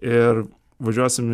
ir važiuosim